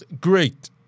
Great